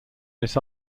this